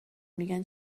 میگن